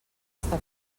està